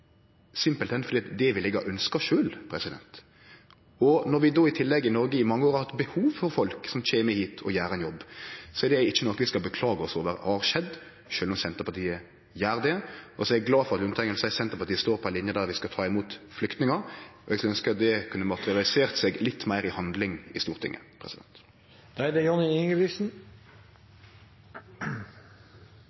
fordi det ville eg ha ønskt sjølv. Når vi i tillegg i Noreg i mange år har hatt behov for folk som kjem hit og gjer ein jobb, så er ikkje det noko vi skal beklage oss over har skjedd, sjølv om Senterpartiet gjer det. Så er eg glad for at Lundteigen seier at Senterpartiet står på ei linje der vi skal ta imot flyktningar. Eg skulle ønskje at det kunne ha materialisert seg litt meir i handling i Stortinget.